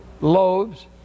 Loaves